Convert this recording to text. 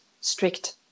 strict